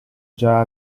già